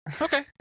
Okay